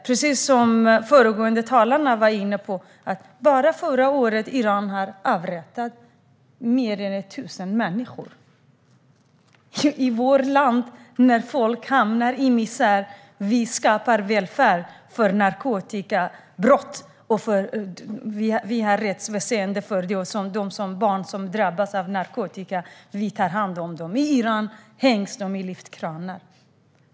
Precis som de föregående talarna var inne på avrättade Iran över 1 000 människor bara förra året. När folk hamnar i misär i vårt land, till exempel på grund av narkotika, finns det välfärd och ett rättsväsen för detta. Vi tar hand om de barn som drabbas av narkotika, men i Iran hängs de i lyftkranar.